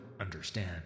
understand